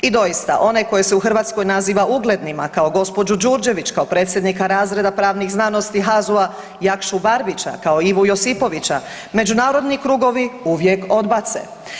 I doista onaj koji se u Hrvatskoj naziva uglednima kao gospođu Đurđević, kao predsjednika razreda pravnih znanosti HAZU-a Jakšu Barbića, kao Ivu Josipovića međunarodni krugovi uvijek odbace.